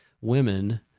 women